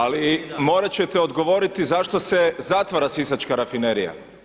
Ali morat ćete odgovoriti zašto se zatvara sisačka rafinerija?